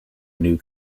new